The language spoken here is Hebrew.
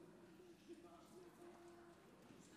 כנסת